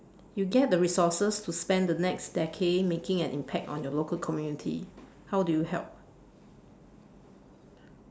you get the resources to spend the next decade making an impact on your local community how do you help